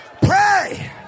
Pray